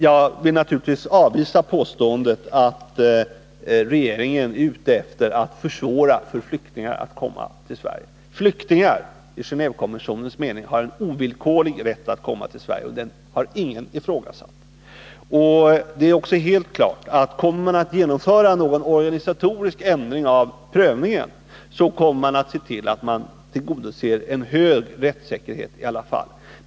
Jag vill naturligtvis avvisa påståendet att regeringen är ute efter att försvåra för flyktingarna att komma till Sverige. Flyktingar i Gen&vekonventionens mening har en ovillkorlig rätt att komma till Sverige, och den rätten har ingen ifrågasatt. Det är helt klart att om någon organisatorisk ändring av prövningen genomförs, kommer man att se till att en hög grad av rättssäkerhet i alla fall tillgodoses.